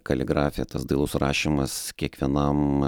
kaligrafija tas dailus rašymas kiekvienam